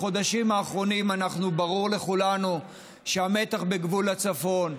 בחודשים האחרונים ברור לכולנו שהמתח בגבול הצפון,